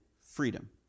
freedom